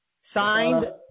Signed